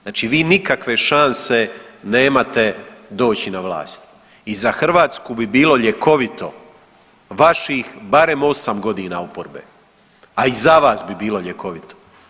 Znači vi nikakve šanse nemate doći na vlast i za Hrvatsku bi bilo ljekovito vaših barem osam godina oporbe, a i za vas bi bilo ljekovito.